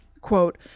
Quote